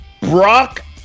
Brock